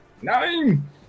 nine